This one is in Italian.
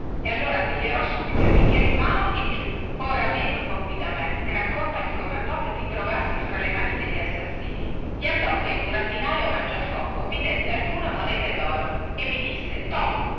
e allora piglierò subito il bicchiere in mano e giù ora vieni un po qui da me e raccontami come andò che ti trovasti fra le mani degli assassini gli andò che il burattinaio mangiafoco mi dette alcune monete doro e mi disse to